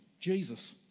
Jesus